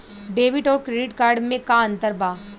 Debit आउर credit card मे का अंतर बा?